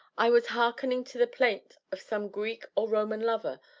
i was hearkening to the plaint of some greek or roman lover,